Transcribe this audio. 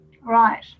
Right